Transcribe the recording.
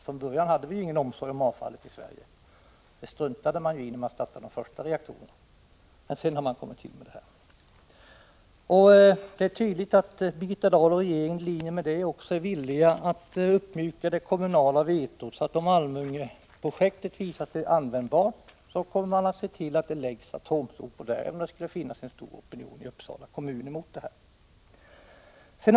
Från början hade vi i Sverige ingen omsorg om avfallet. Det struntade man i när man startade de första reaktorerna; det var först senare som man tog itu med detta. Det är tydligt att Birgitta Dahl och regeringen är villiga att uppmjuka det kommunala vetot. Om Almungeprojektet visar sig användbart kommer man att se till att det läggs atomsopor där, även om det skulle finnas en stor opinion emot detta i Uppsala kommun.